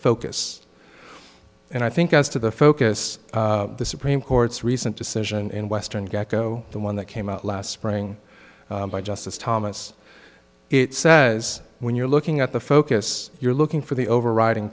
focus and i think as to the focus of the supreme court's recent decision in western geko the one that came out last spring by justice thomas it says when you're looking at the focus you're looking for the overriding